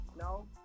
No